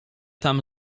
tam